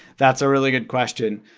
that's a really good question.